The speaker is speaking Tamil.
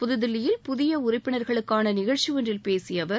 புதுதில்லியில் புதிய உறுப்பினர்களுக்கான நிகழ்ச்சி ஒன்றில் பேசிய அவர்